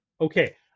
okay